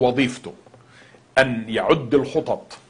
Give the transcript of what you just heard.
ושמו 'צוות שטחי C'. משימתו של הצוות הזה